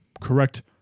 correct